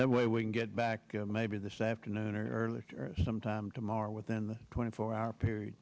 that way we can get back maybe this afternoon or early sometime tomorrow within the twenty four hour period